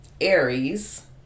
Aries